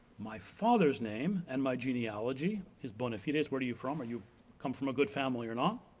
my father's name, and my genealogy, his bonafides, where do you from, are you come from a good family or not?